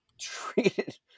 treated